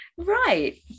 right